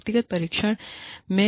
व्यक्तित्व परीक्षण हैं